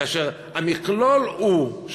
כאשר המכלול הוא,